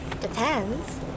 Depends